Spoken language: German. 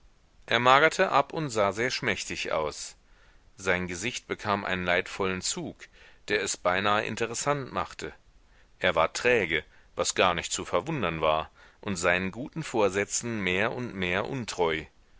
er magerte ab und sah sehr schmächtig aus sein gesicht bekam einen leidvollen zug der es beinahe interessant machte er ward träge was gar nicht zu verwundern war und seinen guten vorsätzen mehr und mehr untreu